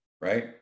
right